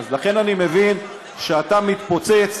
לכן אני מבין שאתה מתפוצץ,